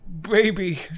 baby